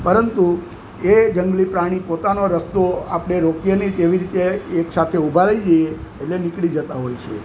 પરંતુ એ જંગલી પ્રાણી પોતાનો રસ્તો આપણે રોકીએ નહીં તેવી રીતે એકસાથે ઊભા રહી જઈએ એટલે નીકળી જતાં હોય છે એ